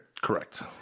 Correct